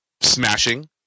smashing